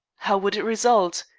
how would it result?